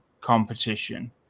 competition